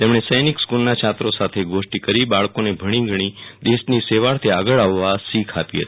તેમણે સૈનિક સ્કૂલના છાત્રો સાથે ગોષ્ઠિ કરી બાળકોને ભણીગણી દેશની સેવાર્થે આગળ આવવા શીખ આપી હતી